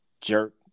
jerk